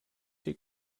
der